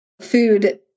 food